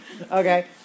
Okay